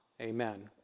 amen